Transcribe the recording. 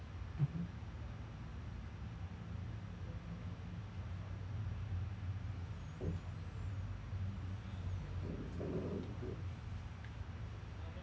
mmhmm